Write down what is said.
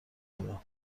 بدهند